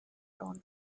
own